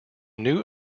new